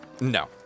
No